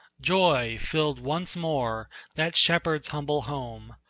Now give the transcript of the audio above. joy filled once more that shepherd's humble home,